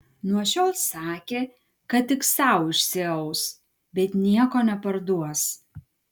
nuo šiol sakė kad tik sau išsiaus bet nieko neparduos